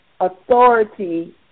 authority